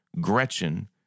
Gretchen